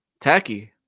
Tacky